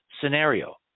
scenario